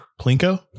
Plinko